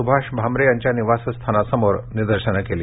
सुभाष भामरे यांच्या निवासस्थानासमोर निदर्शन केली